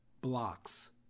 blocks